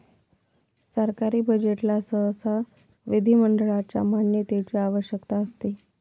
सरकारी बजेटला सहसा विधिमंडळाच्या मान्यतेची आवश्यकता असते